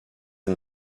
and